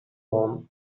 warm